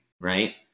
Right